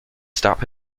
stop